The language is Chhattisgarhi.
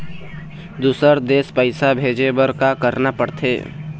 दुसर देश पैसा भेजे बार का करना पड़ते?